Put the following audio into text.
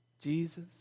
Jesus